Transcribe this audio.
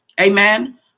Amen